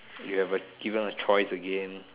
if you have a given a choice again